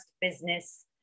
business